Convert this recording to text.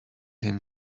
him